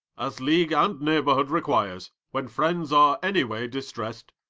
as league and neighborhood requires, when friends are any way distrest,